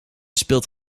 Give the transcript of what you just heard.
speelt